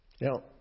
Now